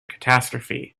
catastrophe